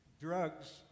drugs